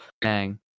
Bang